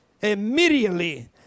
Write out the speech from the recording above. immediately